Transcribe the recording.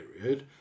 period